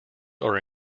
are